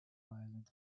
violent